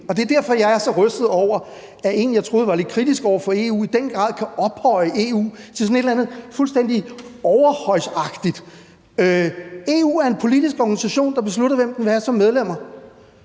det er derfor, jeg er så rystet over, at en, jeg troede var lidt kritisk over for EU, i den grad kan ophøje EU til sådan et eller andet fuldstændig overhøjsagtigt. EU er en politisk organisation, der beslutter, hvem den vil have som medlemmer,